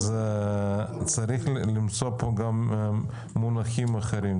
צריך למצוא פה גם מונחים אחרים.